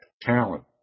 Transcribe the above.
talent